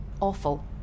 awful